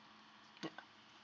yeah